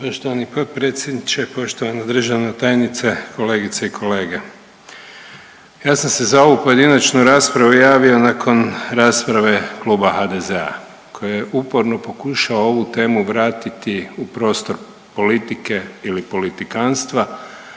Poštovani potpredsjedniče, poštovana državna tajnice, kolegice i kolege. Ja sam se za ovu pojedinačnu raspravu javio nakon rasprave Kluba HDZ-a koji je uporno pokušao ovu temu vratiti u prostor politike ili politikanstva